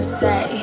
say